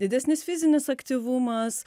didesnis fizinis aktyvumas